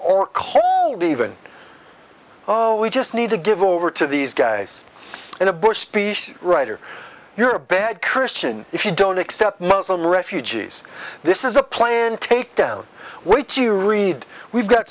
or cold even oh we just need to give over to these guys in a bush speech writer you're a bad christian if you don't accept muslim refugees this is a plan take down what you read we've got